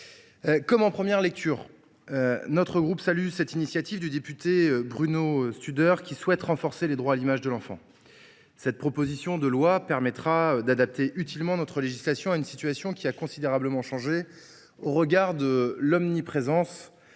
Comme en première lecture, notre groupe salue l’initiative du député Bruno Studer, qui a souhaité renforcer le droit à l’image de l’enfant. Cette proposition de loi permettra d’adapter utilement notre législation à une situation qui a considérablement changé au regard de l’omniprésence